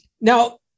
Now